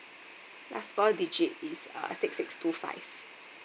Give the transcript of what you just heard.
last four digit is uh six six two five